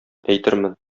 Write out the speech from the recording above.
әйтермен